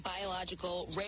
biological